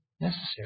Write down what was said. necessary